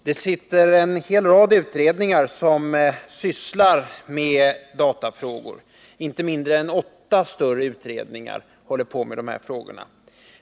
Herr talman! Inte mindre än åtta större utredningar sysslar med datafrågor.